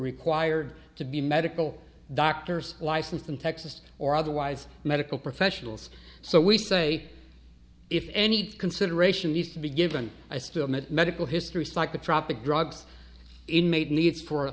required to be medical doctors licensed in texas or otherwise medical professionals so we say if any consideration needs to be given i still meant medical history psychotropic drugs inmate needs